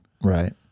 Right